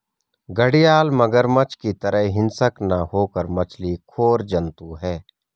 घड़ियाल मगरमच्छ की तरह हिंसक न होकर मछली खोर जंतु है